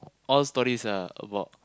all stories are about